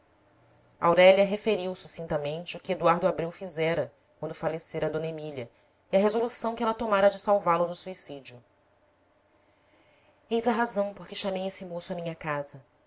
aurélia referiu sucintamente o que eduardo abreu fizera quando falecera d emília e a resolução que ela tomara de salvá-lo do suicídio eis a razão por que chamei esse moço à minha casa